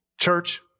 Church